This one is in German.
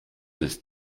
ist